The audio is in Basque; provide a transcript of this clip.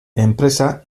enpresa